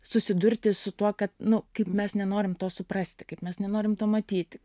susidurti su tuo kad nu kaip mes nenorim to suprasti kaip mes nenorim to matyti